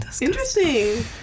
Interesting